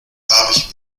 farbig